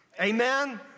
Amen